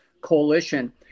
coalition